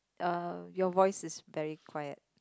uh your voice is very quiet